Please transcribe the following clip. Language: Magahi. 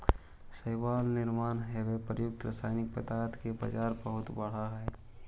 शैवाल निवारण हेव प्रयुक्त रसायनिक पदार्थ के बाजार बहुत बड़ा हई